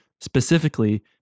specifically